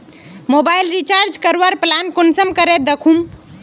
Mobile recharge करवार plan कुंसम करे दखुम?